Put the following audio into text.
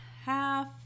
half